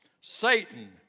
Satan